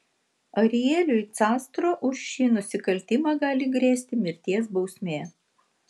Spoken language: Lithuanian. arieliui castro už šį nusikaltimą gali grėsti mirties bausmė